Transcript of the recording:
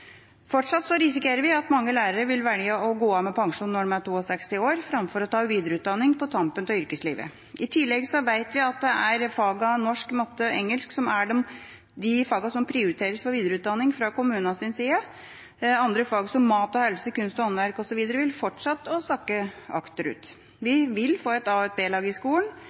Fortsatt risikerer vi at mange lærere vil velge å gå av med pensjon når de er 62 år framfor å ta videreutdanning på tampen av yrkeslivet. I tillegg vet vi at det er fagene norsk, matematikk og engelsk som er de fagene som prioriteres for videreutdanning fra kommunenes side. Andre fag, som mat og helse, kunst og håndverk osv., vil fortsette å sakke akterut. Vi vil få et a- og b-lag i skolen: